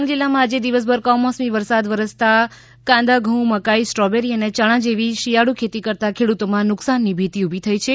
ડાંગ જિલ્લામાં આજે દિવસ ભર કમોસમી વરસાદ વરસતાં કાંદા ઘઉં મકાઈ સ્ટ્રોબેરી અને યણા જેવી શિયાળુ ખેતી કરતાં ખેડૂતોમાં નુકસાનની ભીતી ઉભી થઈ છે